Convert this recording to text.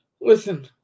Listen